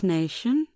Nation